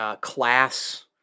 Class